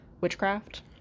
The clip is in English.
witchcraft